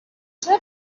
چرا